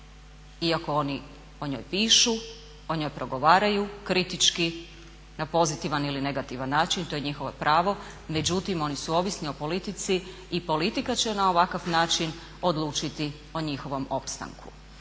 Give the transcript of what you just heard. iako oni o njoj pišu, o njoj progovaraju kritički na pozitivan ili negativan način to je njihovo pravom, međutim oni su ovisni o politici i politika će na ovakav način odlučiti o njihovom opstanku.